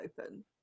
open